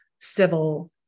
civil